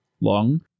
long